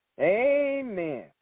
Amen